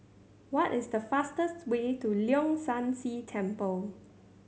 what is the fastest way to Leong San See Temple